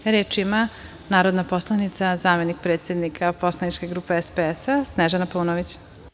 Reč ima narodna poslanica, zamenik predsednika poslaničke grupe SPS, Snežana Paunović.